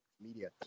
media